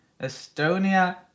Estonia